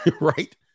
Right